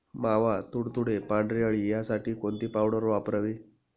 मावा, तुडतुडे, पांढरी अळी यासाठी कोणती पावडर वापरावी?